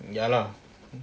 ya lah